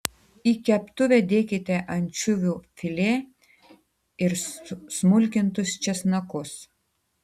į keptuvę dėkite ančiuvių filė ir smulkintus česnakus